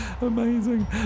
Amazing